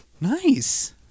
Nice